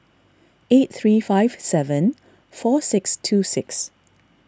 eight three five seven four six two six